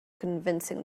convincing